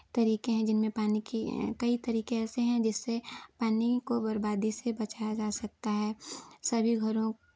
तरीके है जिनमें पानी की कई तरीके ऐसे हैं जिससे पानी को बर्बादी से बचाया जा सकता है सभी घरों